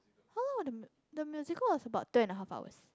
how long was the mu~ the musical was about two and a half hours